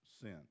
sin